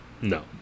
No